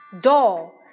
Doll